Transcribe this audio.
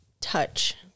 touch